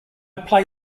play